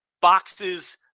boxes